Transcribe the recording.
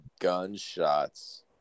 gunshots